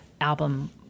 album